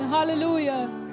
Hallelujah